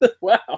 Wow